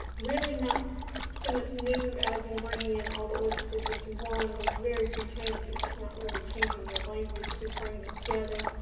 really not so much new as in bringing in all the ordinances into one but very few changes, not really changing the language just bringing it together,